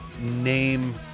name